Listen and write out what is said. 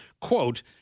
quote